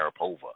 Sharapova